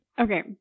Okay